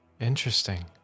interesting